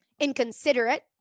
inconsiderate